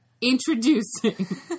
introducing